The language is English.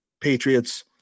Patriots